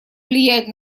влияет